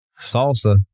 Salsa